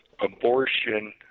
abortion